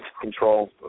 control